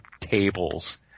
tables